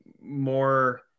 more